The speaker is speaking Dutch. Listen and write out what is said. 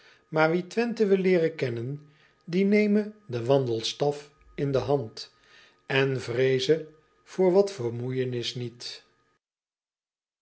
maar wie wenthe wil leeren kennen die neme den wandelstaf in de hand en vreeze voor wat vermoeijenis niet